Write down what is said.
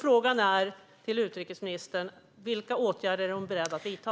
Frågan till utrikesministern är: Vilka åtgärder är hon beredd att vidta?